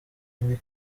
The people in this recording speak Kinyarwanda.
muri